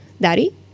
Daddy